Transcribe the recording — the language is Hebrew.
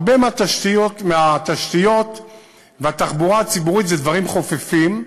הרבה מהתשתיות והתחבורה הציבורית הן דברים חופפים,